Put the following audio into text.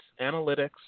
analytics